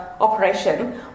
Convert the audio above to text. operation